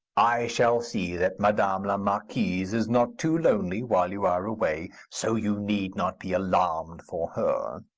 i shall see that madame la marquise is not too lonely while you are away so you need not be alarmed for her.